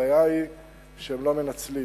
הבעיה היא שהם לא מנצלים.